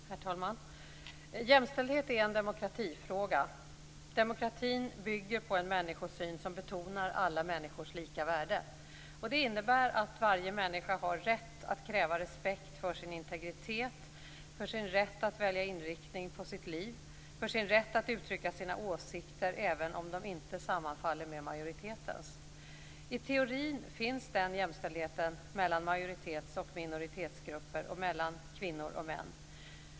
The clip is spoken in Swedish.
Herr talman! Jämställdhet är en demokratifråga. Demokratin bygger på en människosyn som betonar alla människors lika värde. Det innebär att varje människa har rätt att kräva respekt för sin integritet, för sin rätt att välja inriktning på sitt liv och för sin rätt att uttrycka sina åsikter även om de inte sammanfaller med majoritetens. I teorin finns den jämställdheten mellan majoritets och minoritetsgrupper och mellan kvinnor och män.